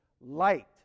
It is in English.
light